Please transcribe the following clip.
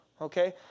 okay